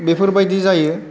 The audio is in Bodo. बेफोर बायदि जायो